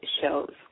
shows